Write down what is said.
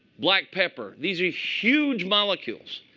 black pepper, these are huge molecules.